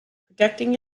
protecting